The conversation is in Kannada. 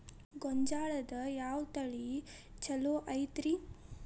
ಗೊಂಜಾಳದಾಗ ಯಾವ ತಳಿ ಛಲೋ ಐತ್ರಿ?